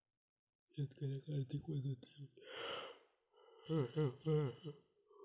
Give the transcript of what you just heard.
शेतकऱ्याक आर्थिक मदत देऊची योजना काय आसत?